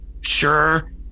sure